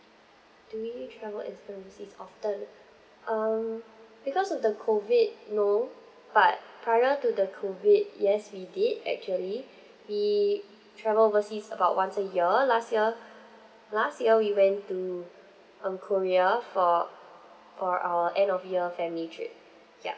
do you travel overseas often um because of the COVID no but prior to the COVID yes we did actually we travel overseas about once a year last year last year we went to um korea for for our end of year family trip yup